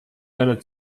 einer